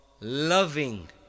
loving